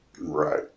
Right